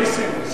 נסים,